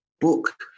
book